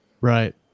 Right